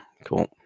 cool